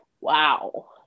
Wow